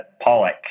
Pollock